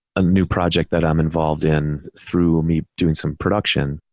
a new project that i'm involved in through me doing some production,